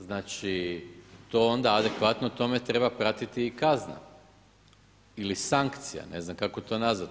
Znači to onda adekvatno tome treba pratiti i kazna ili sankcija, ne znam kako to nazvati.